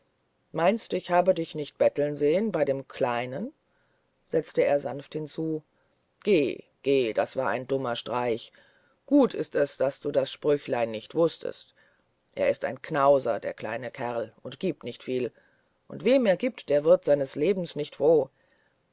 meinst ich hab dich nicht betteln sehen bei dem kleinen setzte er sanft hinzu geh geh das war ein dummer streich und gut ist es daß du das sprüchlein nicht wußtest er ist ein knauser der kleine kerl und gibt nicht viel und wem er gibt der wird seines lebens nicht froh